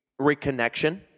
reconnection